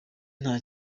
nta